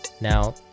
Now